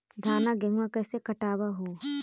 धाना, गेहुमा कैसे कटबा हू?